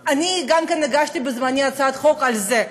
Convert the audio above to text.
אני הגשתי בזמנו הצעת חוק על זה.